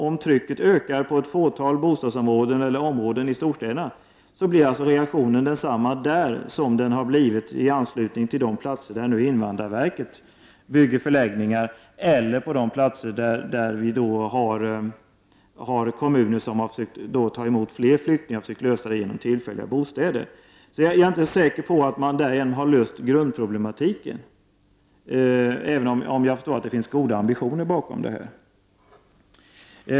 Om trycket ökar på ett fåtal bostadsområden eller områden i storstäderna, blir förmodligen reaktionen där densamma som den som har uppstått i anslutning till de platser där nu invandrarverket bygger förläggningar eller i de kommuner som har försökt ta emot fler flyktingar och ordna det genom tillfälliga bostäder. Jag är inte säker på att man därigenom har löst grundproblematiken, även om jag förstår att det finns goda ambitioner bakom.